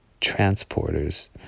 transporters